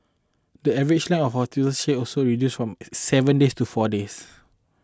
the average length of hospital stay also reduced from a seven days to four days